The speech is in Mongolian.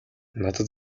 надад